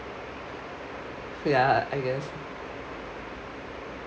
ya I guess